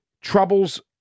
troubles